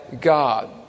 God